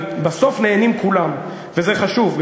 בסוף נהנים כולם, וזה חשוב.